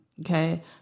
Okay